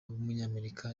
w’umunyamerika